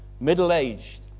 middle-aged